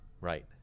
right